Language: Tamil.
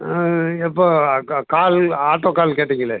ஆ எப்போது கா கால் ஆட்டோ கால் கேட்டீங்களே